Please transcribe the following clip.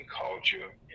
culture